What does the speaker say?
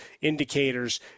indicators